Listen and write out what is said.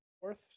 Fourth